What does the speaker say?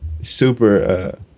super